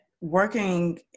working